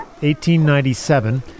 1897